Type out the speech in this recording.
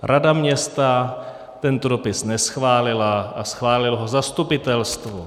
Rada města tento dopis neschválila a schválilo ho zastupitelstvo.